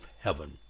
heaven